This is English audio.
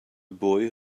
boy